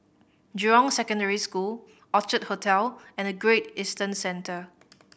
Jurong Secondary School Orchard Hotel and Great Eastern Centre